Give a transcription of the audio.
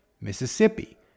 Mississippi